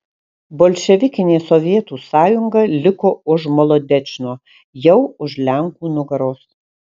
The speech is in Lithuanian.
bolševikinė sovietų sąjunga liko už molodečno jau už lenkų nugaros